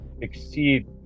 exceed